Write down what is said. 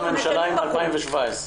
החלטת הממשלה היא מ-2017.